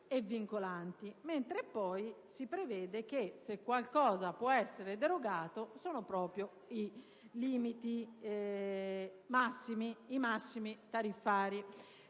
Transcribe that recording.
e vincolanti, mentre poi si prevede che, se qualcosa può essere derogato, sono proprio i limiti massimi tariffari;